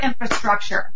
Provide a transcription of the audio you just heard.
infrastructure